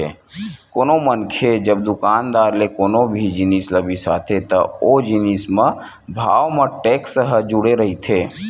कोनो मनखे जब दुकानदार ले कोनो भी जिनिस ल बिसाथे त ओ जिनिस म भाव म टेक्स ह जुड़े रहिथे